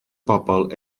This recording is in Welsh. bobol